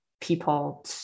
people